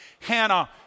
Hannah